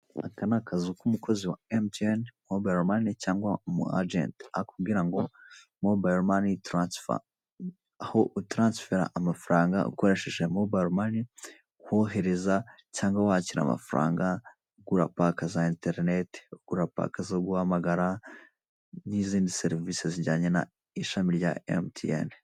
Iki ni ikinyabiziga cy'ibinyamitende ibiri gishinzwe kukugezaho cyangwa gishinzwe kugeza ku muntu ibintu aba yatumije yifashishijwe uburyo bw'ikoranabuhanga. Nawe akaranga amerekezo ye hifashishijwe uburyo bw'ikoranabuhanga.